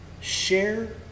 share